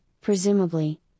presumably